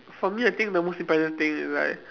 for me I think the most impressive thing is like